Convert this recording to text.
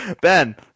Ben